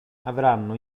avranno